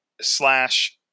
slash –